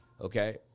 okay